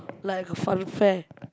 like a funfair